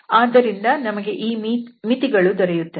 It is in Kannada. ಆದ್ದರಿಂದ ನಮಗೆ ಈ ಮಿತಿಗಳು ದೊರೆಯುತ್ತವೆ